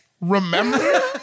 remember